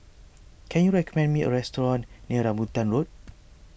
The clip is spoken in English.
can you recommend me a restaurant near Rambutan Road